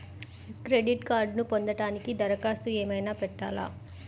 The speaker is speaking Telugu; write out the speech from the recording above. క్రెడిట్ కార్డ్ను పొందటానికి దరఖాస్తు ఏమయినా పెట్టాలా?